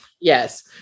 Yes